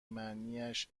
معنیاش